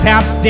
Tap